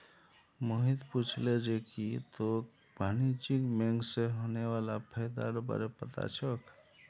मोहित पूछले जे की तोक वाणिज्यिक बैंक स होने वाला फयदार बार पता छोक